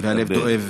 והלב דואב.